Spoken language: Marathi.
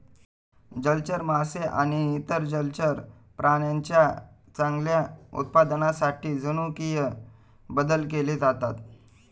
जलचर मासे आणि इतर जलचर प्राण्यांच्या चांगल्या उत्पादनासाठी जनुकीय बदल केले जातात